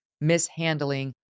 mishandling